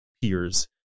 peers